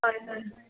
হয় হয়